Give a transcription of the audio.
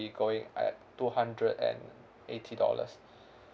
going at two hundred and eighty dollars